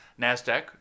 NASDAQ